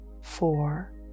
four